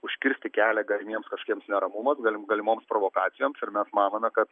užkirsti kelią galimiems kažkokiems neramumams galim galimoms provokacijoms ir mes manome kad